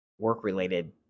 work-related